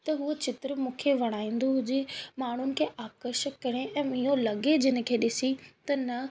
त उहो चित्र मूंखे वणाईंदो हुजे माण्हुनि खे आकर्षित करे इहो लॻे जिनखे ॾिसी त न